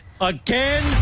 Again